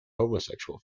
homosexual